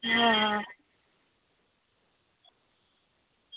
हां